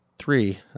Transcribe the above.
three